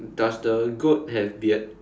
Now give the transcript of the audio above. does the goat have beard